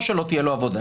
או שלא תהיה לו עבודה,